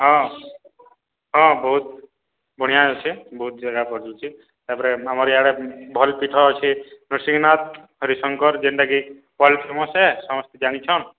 ହଁ ହଁ ବହୁତ୍ ବଢ଼ିଆଁ ଅଛେ ବହୁତ୍ ଜାଗା ପଡ଼ୁଛେ ତାପରେ ଆମର୍ ଇଆଡ଼େ ଭଲ୍ ପିଠ ଅଛେ ନୃସିଂହନାଥ୍ ହରିଶଙ୍କର୍ ଯେନ୍ଟାକି ୱାର୍ଲ୍ଡ ଫେମସ୍ ଏ ସମସ୍ତେ ଜାନିଛନ୍